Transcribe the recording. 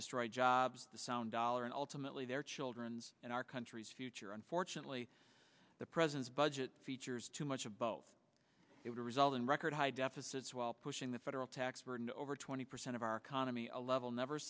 destroy jobs the sound dollar and ultimately their children's and our country's future unfortunately the president's budget features too much of both it will result in record high deficits while pushing the federal tax burden over twenty percent of our economy a level never